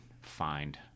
find